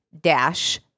dash